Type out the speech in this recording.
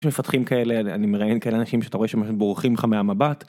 יש מפתחים כאלה, אני מראיין כאלה אנשים שאתה רואה שהם בורחים לך מהמבט.